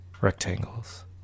rectangles